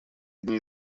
дней